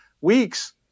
weeks